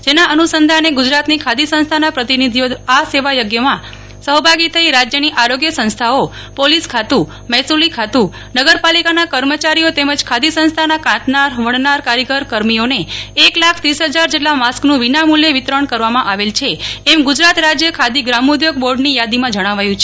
જેના અનુસંધાને ગુજરાતની ખાદી સંસ્થાના પ્રતીનિધિશ્રીઓ આ સેવાયજ્ઞ માં સહભાગી થઇ રાજ્યની આરોગ્ય સંસ્થાઓ પોલીસ ખાતુ મહેસુલી ખાતુ નગરપાલિકાના કર્મચારીઓ તેમજ ખાદી સંસ્થાના કાંતનાર વણનાર કારીગર કર્મીઓને એક લાખ ત્રીસ ફજાર જેટલા માસ્કનું વિના મૂલ્યે વિતરણ કરવામાં આવેલ છે એમ ગુજરાત રાજ્ય ખાદી ગ્રામોદ્યોગ બોર્ડની યાદીમાં જણાવાયુ છે